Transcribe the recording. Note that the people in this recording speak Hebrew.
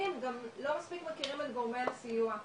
גם לא מספיק מכירים את גורמי הסיוע,